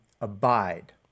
abide